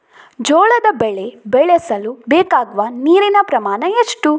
ಜೋಳದ ಬೆಳೆ ಬೆಳೆಸಲು ಬೇಕಾಗುವ ನೀರಿನ ಪ್ರಮಾಣ ಎಷ್ಟು?